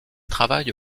travaille